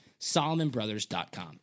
SolomonBrothers.com